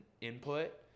input